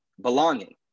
belonging